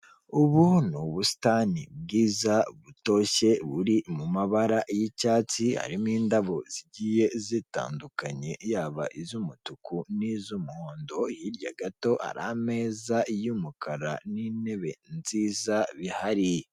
Ubu ni ubusitani bwiza butoshye buri mu mabara y'icyatsi, harimo indabo zigiye zitandukanye, yaba iz'umutuku n'iz'umuhondo, hirya gato hari ameza y'umukara n'intebe nziza bihari.